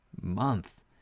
month